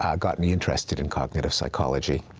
ah got me interested in cognitive psychology.